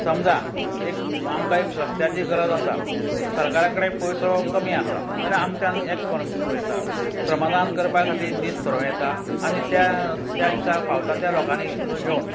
समजा एक आमकां एक रस्त्याची गरज आसा सरकारा कडेन पयसो कमी आसा जाल्यार आमच्यान एक करूं येता श्रमदान करपा खातीर दीस थरोव येता आनी त्या त्या दिसा फावता त्या लोकांनी येवन